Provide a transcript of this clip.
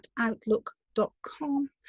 outlook.com